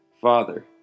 Father